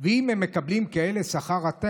אשר לנושא של המחלה,